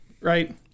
right